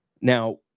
Now